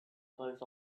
both